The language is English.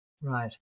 Right